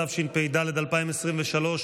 התשפ"ד 2023,